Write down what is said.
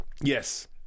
Yes